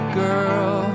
girl